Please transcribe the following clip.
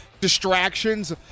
distractions